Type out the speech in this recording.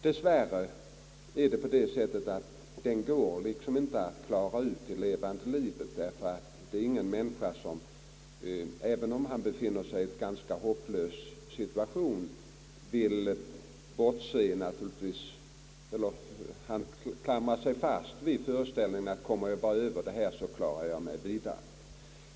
Dess värre går det inte att klara ut detta i levande livet, ty det finns ingen människa som även om hon befinner sig i en ganska hopplös situation vill klamra sig fast vid föreställningen »om jag bara kommer över detta så klarar jag mig nog«.